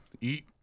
Eat